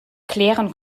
klären